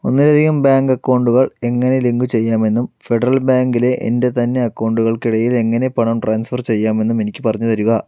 ഒന്നിലധികം ബാങ്ക് അക്കൗണ്ടുകൾ എങ്ങനെ ലിങ്കുചെയ്യാമെന്നും ഫെഡറൽ ബാങ്കിലെ എൻ്റെ തന്നെ അക്കൗണ്ടുകൾക്കിടയിൽ എങ്ങനെ പണം ട്രാൻസ്ഫർ ചെയ്യാമെന്നും എനിക്ക് പറഞ്ഞുതരിക